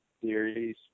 theories